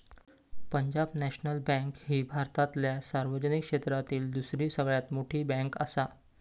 Punjab national bank ही भारतातल्या सार्वजनिक क्षेत्रातली दुसरी सगळ्यात मोठी बँकआसा